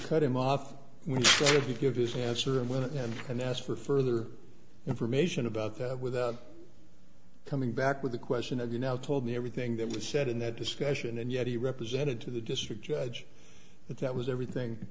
cut him off when he gave his answer and went in and asked for further information about that without coming back with the question of you now told me everything that was said in that discussion and yet he represented to the district judge that that was everything